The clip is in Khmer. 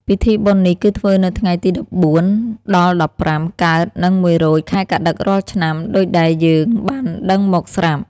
ពីធីបុណ្យនេះគឺធ្វើនៅថ្ងៃ ១៤-១៥ កើត និង ១ រោច ខែកត្តិក រាល់ឆ្នាំ ដូចដែលយើងបានដឹងមកស្រាប់។